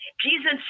Jesus